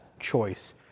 choice